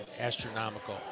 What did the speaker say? astronomical